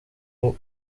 nibwo